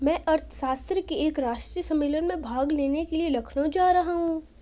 मैं अर्थशास्त्र के एक राष्ट्रीय सम्मेलन में भाग लेने के लिए लखनऊ जा रहा हूँ